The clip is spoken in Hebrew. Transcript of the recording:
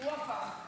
הוא הפך.